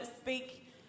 speak